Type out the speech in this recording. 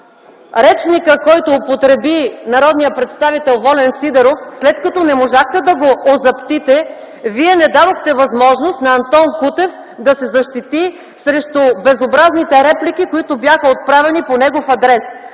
речника, който употреби народният представител Волен Сидеров, след като не можахте да го озаптите, Вие не дадохте възможност на Антон Кутев да се защити срещу безобразните реплики, които бяха отправени по негов адрес.